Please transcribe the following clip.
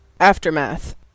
aftermath